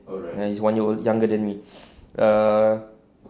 and he's one year younger than me err